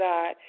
God